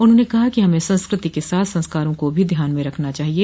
उन्होंने कहा कि हमें संस्कृति के साथ संस्कारों को भी ध्यान में रखना चाहिए